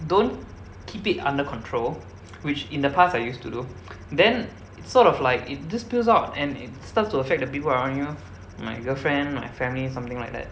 don't keep it under control which in the past I used to do then it's sort of like it just spills out and it starts to affect the people around me lor my girlfriend my family something like that